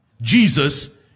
Jesus